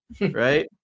right